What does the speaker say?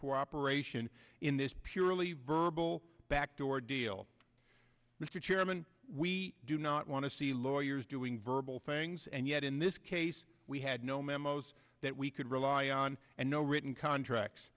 cooperation in this purely verbal backdoor deal mr chairman we do not want to see lawyers doing verbal things and yet in this case we had no memos that we could rely on and no written contracts